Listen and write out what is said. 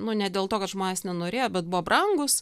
nu ne dėl to kad žmonės nenorėjo bet buvo brangūs